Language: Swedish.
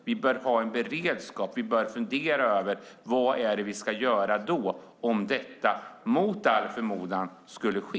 Vi bör ha en beredskap och fundera över vad vi ska göra om detta mot all förmodan skulle ske.